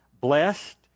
blessed